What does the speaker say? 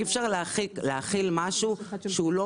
אי אפשר להחיל משהו שהוא לא בר ביצוע.